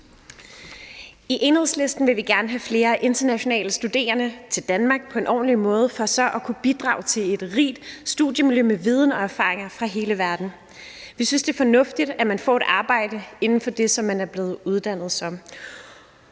I Enhedslisten vil vi gerne have flere internationale studerende til Danmark på en ordentlig måde. Disse vil så kunne bidrage til et rigt studiemiljø med viden og erfaringer fra hele verden. Vi synes, det er fornuftigt, at man får et arbejde inden for det, som man er blevet uddannet som.